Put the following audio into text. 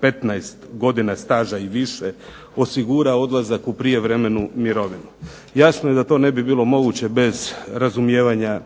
15 godina staža i više osigurao odlazak u prijevremenu mirovinu. Jasno je da to ne bi bilo moguće bez razumijevanja